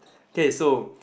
K so